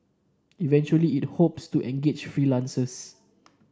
eventually it hopes to engage freelancers